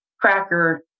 cracker